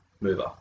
mover